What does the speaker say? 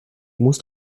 musst